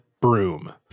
broom